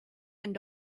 and